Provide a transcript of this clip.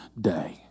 day